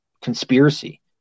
conspiracy